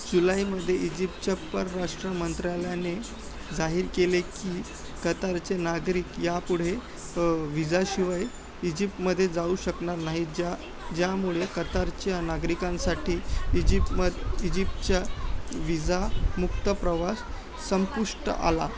जुलैमध्ये इजिपच्या परराष्ट्र मंत्रालयाने जाहिर केले की कतारचे नागरिक यापुढे विजाशिवाय इजिपमध्ये जाऊ शकणार नाहीत ज्या ज्यामुळे कतारच्या नागरिकांसाठी इजिपम इजिपच्या विजामुक्त प्रवास संपुष्ट आला